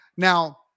Now